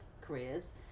careers